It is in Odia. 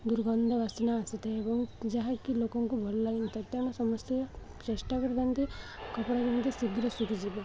ଦୁର୍ଗନ୍ଧ ବାସିନା ଆସିଥାଏ ଏବଂ ଯାହାକି ଲୋକଙ୍କୁ ଭଲ ଲାଗିନଥାଏ ତେଣୁ ସମସ୍ତେ ଚେଷ୍ଟା କରିଥାନ୍ତି କପଡ଼ା କେମତି ଶୀଘ୍ର ଶୁଖିଯିବ